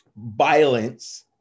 violence